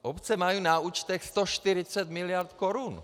Obce mají na účtech 140 mld. korun.